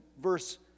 verse